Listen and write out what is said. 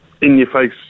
in-your-face